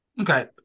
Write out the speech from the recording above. Okay